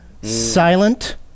Silent